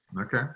Okay